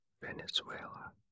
Venezuela